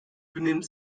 benimmt